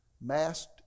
masked